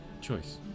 choice